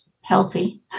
healthy